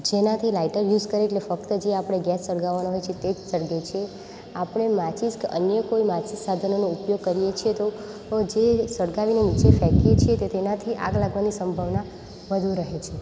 જેનાથી lighter use કરે એટલે ફક્ત જે આપણે ગેસ સળગાવવાનો હોય છે તે જ સળગે છે આપણે માચીસ અન્ય કોઈ માચીસ સાધનોનો ઉપયોગ કરીએ છે તો જે સળગાવીને નીચે ફેંકીએ છીએ તેનાથી આગ લાગવાની સંભાવના વધુ રહે છે